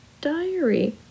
diary